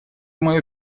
мое